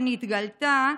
שנתגלתה,